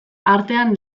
artean